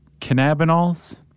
cannabinols